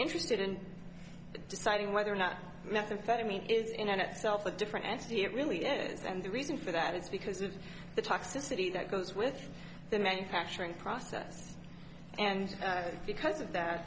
interested in deciding whether or not methamphetamine is in itself a different entity it really is and the reason for that is because of the toxicity that goes with the manufacturing process and because of that